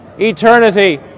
eternity